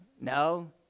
no